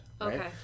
Okay